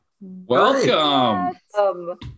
Welcome